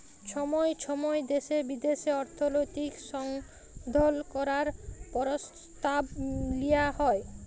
ছময় ছময় দ্যাশে বিদ্যাশে অর্থলৈতিক সংশধল ক্যরার পরসতাব লিয়া হ্যয়